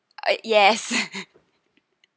uh yes